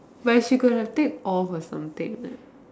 but she could have take off or something what